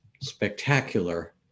spectacular